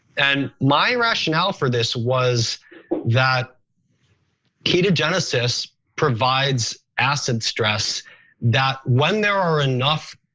and my rationale for this was that ketogenesis provides acid stress that when there are enough